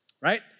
right